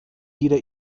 wieder